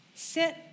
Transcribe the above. Sit